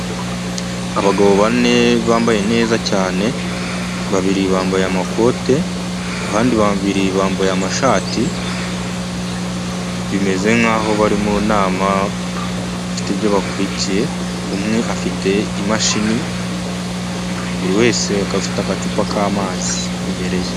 Abagabo bane bambaye neza cyane, babiri bambaye amakote abandi babiri bambaye amashati, bimeze nk'aho bari mu nama bafite ibyo bakurikiye, umwe afite imashini, buri wese afite agacupa k'amazi imbere ye.